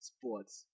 Sports